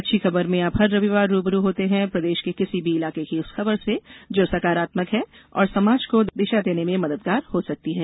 अच्छी खबर में आप हर रविवार रू ब रू होते हैं प्रदेश के किसी भी इलाके की उस खबर से जो सकारात्मक है और समाज को दिशा देने में मददगार हो सकती है